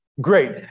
Great